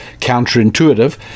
counterintuitive